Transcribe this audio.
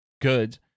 good